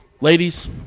Ladies